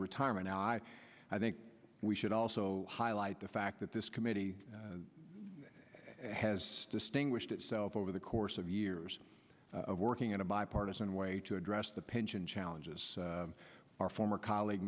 retirement and i i think we should also highlight the fact that this committee has distinguished itself over the course of years working in a bipartisan way to address the pension challenges our former colleague